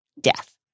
Death